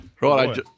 Right